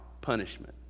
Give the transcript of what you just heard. punishment